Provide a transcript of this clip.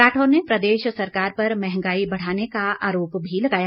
राठौर ने प्रदेश सरकार पर महंगाई बढ़ाने का आरोप भी लगाय